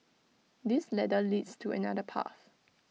this ladder leads to another path